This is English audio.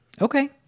Okay